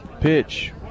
Pitch